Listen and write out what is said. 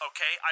Okay